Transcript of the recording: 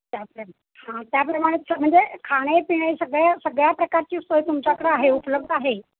त्याप्रमाणे म्हणजे खाणे पिणे सगळ्या सगळ्या प्रकारची सोय तुमच्याकडं आहे उपलब्ध आहे